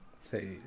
say